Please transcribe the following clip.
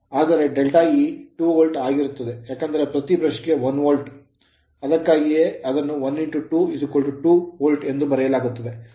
ಆದರೆ ∆e 2 volt ಆಗಿರುತ್ತದೆ ಏಕೆಂದರೆ ಪ್ರತಿ brush ಬ್ರಷ್ 1 ವೋಲ್ಟ್ ಗೆ ಅದಕ್ಕಾಗಿಯೇ ಅದನ್ನು 1 22V ಎಂದು ಬರೆಯಲಾಗುತ್ತದೆ